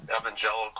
evangelical